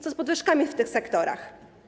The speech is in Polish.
Co z podwyżkami w tych sektorach?